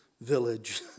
village